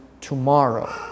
tomorrow